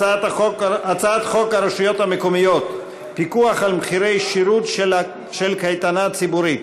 הצעת חוק הרשויות המקומיות (פיקוח על מחירי שירות של קייטנה ציבורית),